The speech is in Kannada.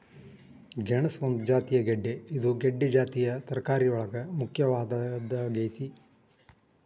ಗೆಣಸ ಒಂದು ಜಾತಿಯ ಗೆಡ್ದೆ ಇದು ಗೆಡ್ದೆ ಜಾತಿಯ ತರಕಾರಿಯೊಳಗ ಮುಖ್ಯವಾದದ್ದಾಗೇತಿ